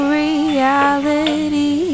reality